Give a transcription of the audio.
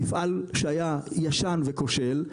מפעל שהיה ישן וכושל,